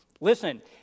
Listen